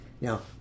Now